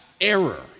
error